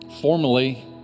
formally